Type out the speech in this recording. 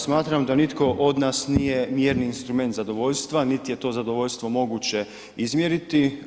Smatram da nitko od nije ni jedini instrument zadovoljstva, niti je to zadovoljstvo mogoće izmjeriti.